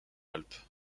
alpes